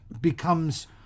becomes